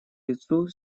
лицу